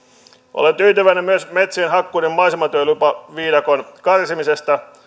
olen tyytyväinen myös metsien hakkuiden maisematyölupaviidakon karsimiseen